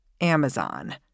Amazon